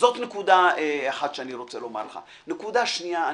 נקודה שנייה,